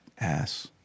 ass